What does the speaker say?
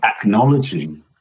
acknowledging